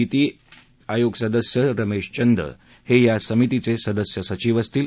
निती आयि सदस्य रमेश चंद हे या समितीचे सदस्य सचीव असतील